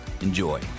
Enjoy